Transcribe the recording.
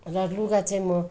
र लुगा चाहिँ म